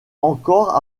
encore